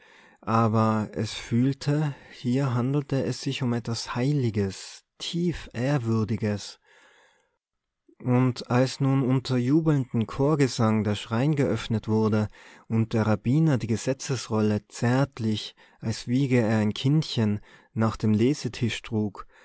aber es fühlte hier handelte es sich um etwas heiliges tiefehrwürdiges und als nun unter jubelndem chorgesang der schrein geöffnet wurde und der rabbiner die gesetzesrolle zärtlich als wiege er ein kindchen nach dem lesetisch trug